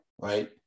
right